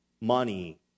money